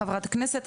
חברת הכנסת,